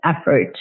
effort